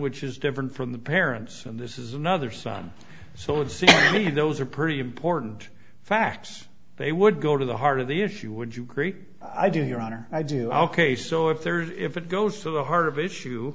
which is different from the parents and this is another son so it seems to me those are pretty important facts they would go to the heart of the issue would you agree i do your honor i do ok so if there's if it goes to the heart of issue